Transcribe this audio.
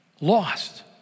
lost